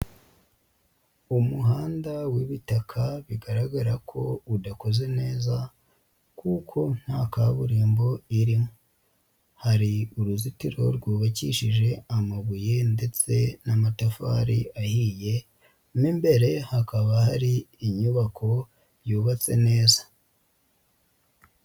Umuhanda w'ibitaka bigaragara ko udakoze neza kuko nta kaburimbo irimo. Hari uruzitiro rwubakishije amabuye ndetse n'amatafari ahiye, mo imbere hakaba hari inyubako yubatse neza.